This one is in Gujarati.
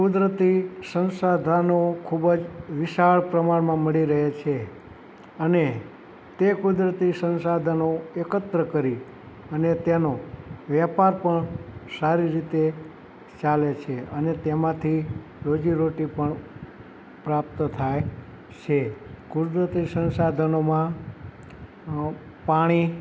કુદરતી સંસાધનો ખૂબ જ વિશાળ પ્રમાણમાં મળી રહે છે અને તે કુદરતી સંસાધનો એકત્ર કરી અને તેનો વેપાર પણ સારી રીતે ચાલે છે અને તેમાંથી રોજીરોટી પણ પ્રાપ્ત થાય છે કુદરતી સંસાધનોમાં અ પાણી